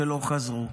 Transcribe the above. שלא חזרו.